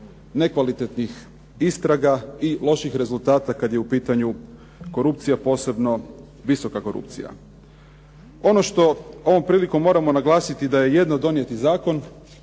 nekvalitetnih istraga i loših rezultata kada je u pitanju korupcija, pogotovo visoka korupcija. Ono što ovom prilikom moramo naglasiti da je jedno donijeti zakona,